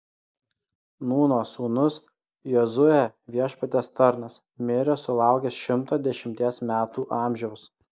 nūno sūnus jozuė viešpaties tarnas mirė sulaukęs šimto dešimties metų amžiaus